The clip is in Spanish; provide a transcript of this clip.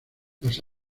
las